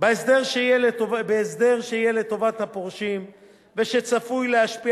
בהסדר שיהיה לטובת הפורשים וצפוי שישפיע